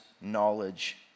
knowledge